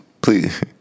please